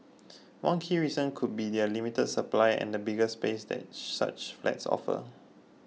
one key reason could be their limit supply and the bigger space that such flats offer